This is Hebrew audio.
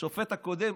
לשופט הקודם: